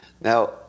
Now